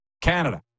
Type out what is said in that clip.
Canada